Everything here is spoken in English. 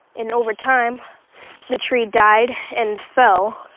and over time the tree died and fell,